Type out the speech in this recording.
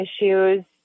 issues